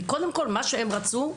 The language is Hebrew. קודם כל, מה שהם רצו,